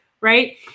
Right